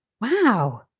Wow